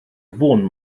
fôn